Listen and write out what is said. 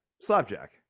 Slapjack